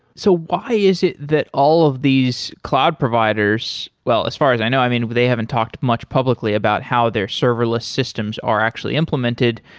so why is it that all of these cloud providers well, as far as i know, i mean they haven't talked much publicly about how their serverless systems are actually implemented,